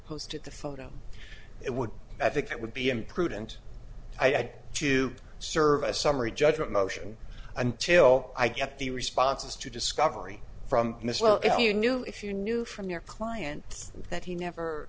posted the photo it would i think it would be imprudent i said to serve a summary judgment motion until i get the responses to discovery from miss well if you knew if you knew from your client that he never